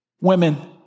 Women